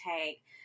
take